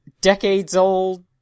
decades-old